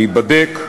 להיבדק,